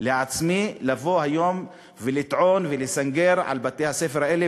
לעצמי לבוא היום ולטעון ולסנגר על בתי-הספר האלה,